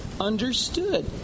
understood